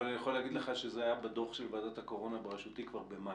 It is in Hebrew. אבל אני יכול להגיד לך שזה היה בדוח של ועדת הקורונה בראשותי כבר במאי,